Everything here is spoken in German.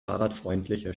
fahrradfreundliche